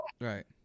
right